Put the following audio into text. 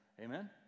amen